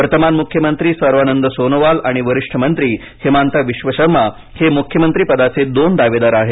वर्तमान मुख्यमंत्री सर्वानंद सोनोवाल आणि वरिष्ठ मंत्री हिमांता विश्वशर्मा हे मुख्यमंत्रीपदाचे दोन दावेदार आहेत